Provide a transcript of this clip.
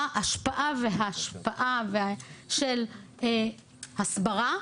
ההשפעה וההשפעה של הסברה,